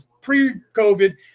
pre-COVID